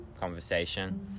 conversation